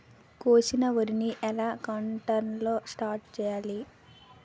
కోసిన వరిని ఎలాంటి కంటైనర్ లో స్టోర్ చెయ్యాలి?